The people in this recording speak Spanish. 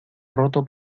roto